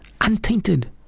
Untainted